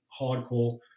hardcore